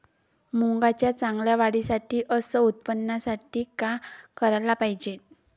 मुंगाच्या चांगल्या वाढीसाठी अस उत्पन्नासाठी का कराच पायजे?